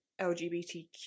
LGBTQ